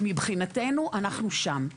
מבחינתנו אנחנו שם.